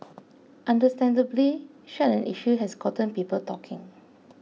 understandably such an issue has gotten people talking